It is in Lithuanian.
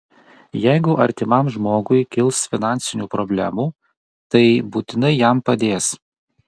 jeigu artimam žmogui kils finansinių problemų tai būtinai jam padės